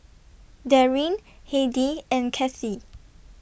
Darryn Heidy and Kathi